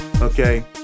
okay